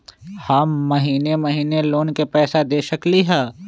हम महिने महिने लोन के पैसा दे सकली ह?